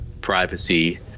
privacy